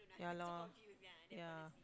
yeah lor yeah